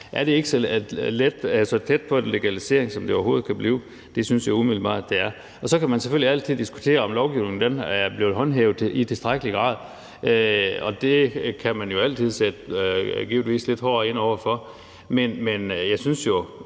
Er det ikke så tæt på en legalisering, som det overhovedet kan blive? Det synes jeg umiddelbart det er. Så kan man selvfølgelig altid diskutere, om lovgivningen er blevet håndhævet i tilstrækkelig grad. Der kan man jo givetvis altid sætte lidt hårdere ind. Men jeg synes jo,